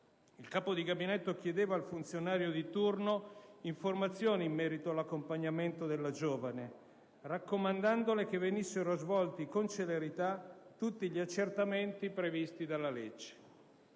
Il capo di gabinetto chiedeva al funzionario di turno informazioni in merito all'accompagnamento della giovane, raccomandandogli che venissero svolti con celerità tutti gli accertamenti previsti dalla legge.